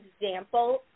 example